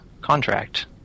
contract